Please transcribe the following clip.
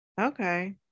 Okay